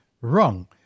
wrong